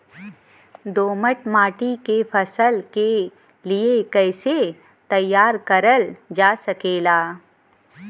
दोमट माटी के फसल के लिए कैसे तैयार करल जा सकेला?